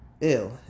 ew